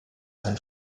ein